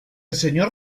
señor